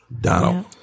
Donald